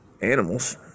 animals